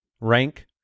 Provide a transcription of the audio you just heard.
rank